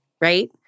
right